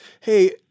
Hey